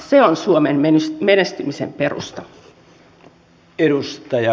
se on suomen menestymisen perusta